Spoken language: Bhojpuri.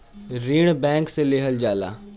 ऋण बैंक से लेहल जाला